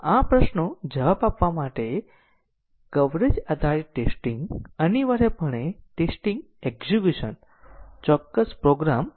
તેથી ફંક્શનમાં path coverage હાંસલ કરવા માટે ટેસ્ટીંગ ના કેસો દ્વારા તમામ લીનીયર રીતે ઈન્ડીપેન્ડન્ટ માર્ગો ચલાવવામાં આવે છે પરંતુ પછી તે આપણને આ પ્રશ્નમાં લાવે છે કે લીનીયર રીતે ઈન્ડીપેન્ડન્ટ માર્ગો શું છે